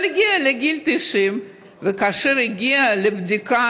אבל הגיעה לגיל 90. וכאשר הגיעה לבדיקה